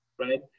right